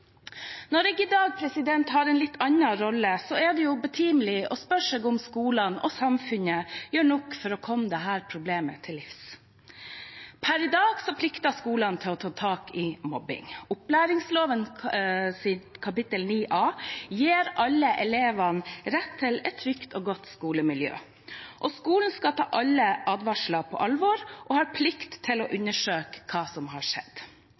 Når jeg i dag har en litt annen rolle, er det betimelig å spørre seg om skolene og samfunnet gjør nok for å komme dette problemet til livs. Per i dag plikter skolene å ta tak i mobbing. Opplæringsloven kapittel 9 A gir alle elever rett til et trygt og godt skolemiljø. Skolen skal ta alle advarsler på alvor og har plikt til å undersøke hva som har skjedd.